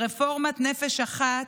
רפורמת נפש אחת,